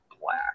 black